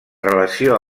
relació